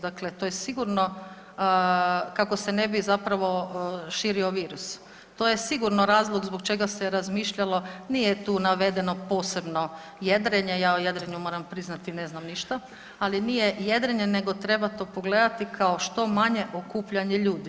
Dakle, to je sigurno kako se ne bi zapravo širo virus, to je sigurno razlog zbog čega se razmišljalo, nije tu navedeno posebno jedrenje, ja o jedrenju moram priznati ne znam ništa, ali jedrenje nego treba to pogledati kao što manje okupljanje ljudi.